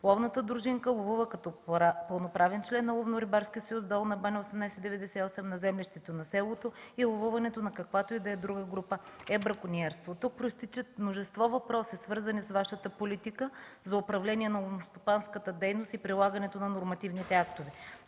на село Очуша ловува като пълноправен член на ЛРС „Долна баня-1898” на землището на селото и ловуването на каквато и да е друго група е бракониерство. От тук произтичат множество въпроси, свързани с Вашата политика за управление на ловностопанската дейност и прилагането на нормативните актове.